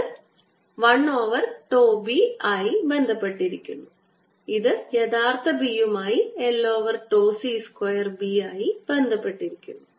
ഇത് l over τ B ആയി ബന്ധപ്പെട്ടിരിക്കുന്നു ഇത് യഥാർത്ഥ B യുമായി l over τ C square B ആയി ബന്ധപ്പെട്ടിരിക്കുന്നു